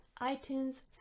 iTunes